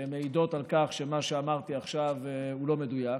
שמעידות על כך שמה שאמרתי עכשיו הוא לא מדויק.